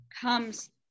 comes